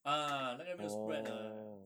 ah 那个人没有 spread 的